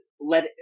let